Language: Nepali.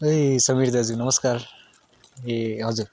ए समीर दाजु नमस्कार ए हजुर